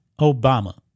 Obama